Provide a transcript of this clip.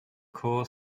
core